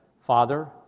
Father